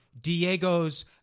Diego's